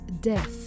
death